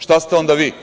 Šta ste onda vi?